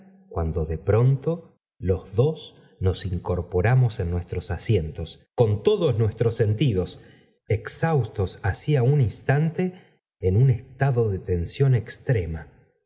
cuando de pronto los dos nos incorporamos en nuestros asientos oon todos nuestros sentidos exhaustos hacía un instante en un estado de tensión extrema